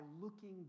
looking